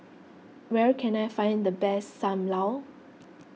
where can I find the best Sam Lau